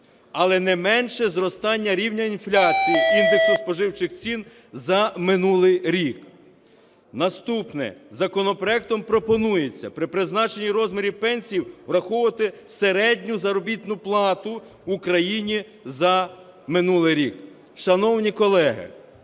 але не менше зростання рівня інфляції, індексу споживчих цін за минулий рік. Наступне. Законопроектом пропонується при призначенні розмірів пенсії враховувати середню заробітну плату в країні за минулий рік. Шановні колеги,